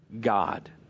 God